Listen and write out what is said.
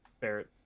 Barrett